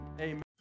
Amen